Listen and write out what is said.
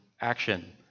action